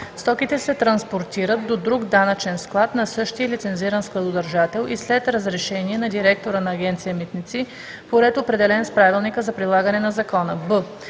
стоките се транспортират до друг данъчен склад на същия лицензиран складодържател и след разрешение на директора на Агенция „Митници“ по ред, определен с правилника за прилагане на закона;